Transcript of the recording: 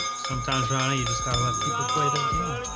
sometimes your honor you just gotta let people play their game.